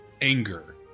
anger